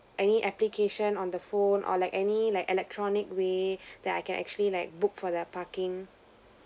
any application on the phone or like any like electronic way that I can actually like book for the parking